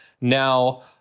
Now